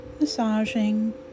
Massaging